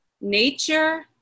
nature